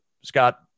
Scott